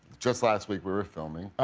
just last week we were filming.